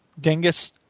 dingus